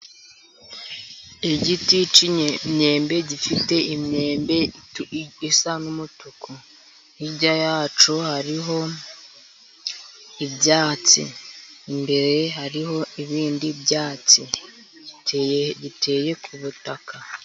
Igiti cy'imyembe gifite imyembe isa n'umutuku, hirya ya cyo hariho ibyatsi. Imbere hariho ibindi byatsi. Giteye ku butaka.